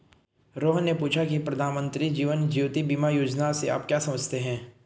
रोहन ने पूछा की प्रधानमंत्री जीवन ज्योति बीमा योजना से आप क्या समझते हैं?